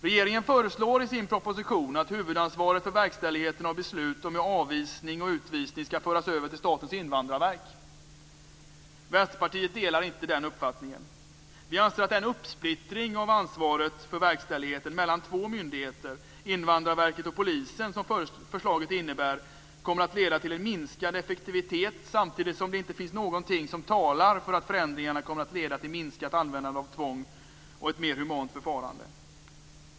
Regeringen föreslår i sin proposition att huvudansvaret för verkställigheten av beslut om avvisning och utvisning skall föras över till Statens invandrarverk. Vänsterpartiet delar inte den uppfattningen. Vi anser att den uppsplittring av ansvaret för verkställigheten mellan två myndigheter, Invandrarverket och polisen, som förslaget innebär kommer att leda till minskad effektivitet samtidigt som det inte finns någonting som talar för att förändringarna kommer att leda till minskat användande av tvång och ett mer humant förfarande.